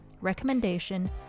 recommendation